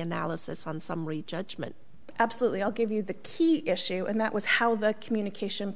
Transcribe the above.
analysis on summary judgment absolutely i'll give you the key issue and that was how the communication